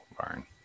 Barn